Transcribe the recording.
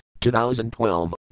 2012